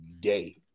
day